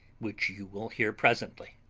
which you will hear presently.